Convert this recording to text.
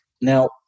Now